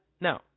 No